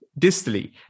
distally